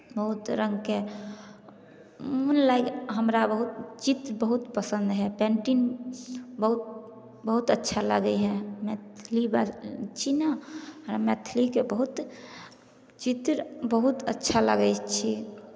बहुत रङ्गके मोन लागि हमरा बहुत चित्र बहुत पसन्द हए पेन्टिंग बहुत बहुत अच्छा लागै हए मैथिली बज् छी ने हमरा मैथिलीके बहुत चित्र बहुत अच्छा लागै छी